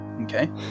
okay